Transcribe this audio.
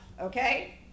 Okay